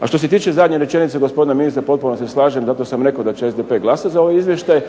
A što se tiče zadnje rečenice gospodina ministra potpuno se slažem, zato sam rekao da će SDP glasati za ovaj izvještaj